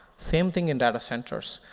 same thing in data centers.